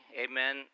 amen